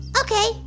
okay